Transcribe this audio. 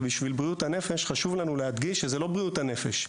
בשביל בריאות הנפש חשוב לנו להדגיש שזה לא בריאות הנפש.